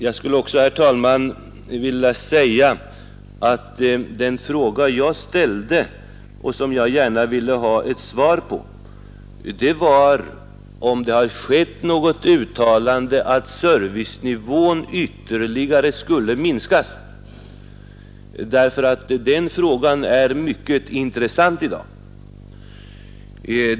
Jag skulle också, herr talman, vilja säga att den fråga jag ställde och som jag gärna ville ha ett svar på var om det har skett något uttalande att servicenivån ytterligare skulle minskas, därför att den frågan är mycket intressant i dag.